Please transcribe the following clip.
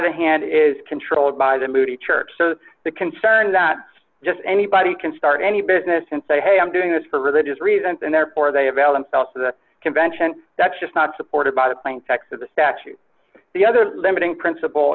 the hand is controlled by the moody church so the concerned that just anybody can start any business and say hey i'm doing this for religious reasons and therefore they have alum celso the convention that's just not supported by the plain text of the statute the other limiting princip